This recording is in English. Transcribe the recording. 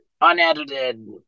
unedited